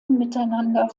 miteinander